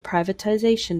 privatisation